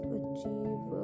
achieve